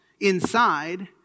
inside